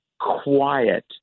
quiet